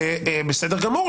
בסדר גמור,